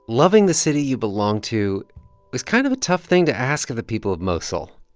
loving the city you belong to was kind of a tough thing to ask of the people of mosul.